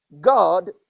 God